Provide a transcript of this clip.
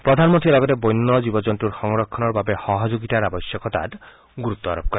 প্ৰধানমন্ত্ৰীয়ে লগতে বন্য জীৱ জন্তু সংৰক্ষণৰ বাবে সহযোগিতাৰ আৱশ্যকতাত গুৰুত্ব আৰোপ কৰে